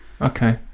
Okay